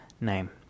name